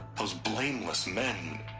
those blameless men.